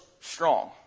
strong